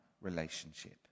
relationship